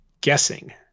guessing